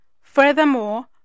Furthermore